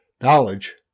Knowledge